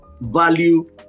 value